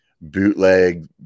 bootleg